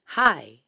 Hi